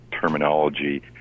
terminology